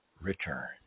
return